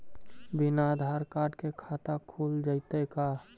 बिना आधार कार्ड के खाता खुल जइतै का?